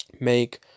make